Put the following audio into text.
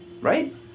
right